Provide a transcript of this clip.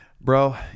Bro